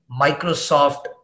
Microsoft